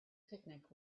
picnic